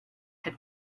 had